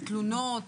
התלונות,